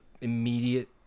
immediate